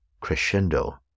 crescendo